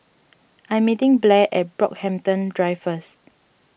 I'm meeting Blair at Brockhampton Drive first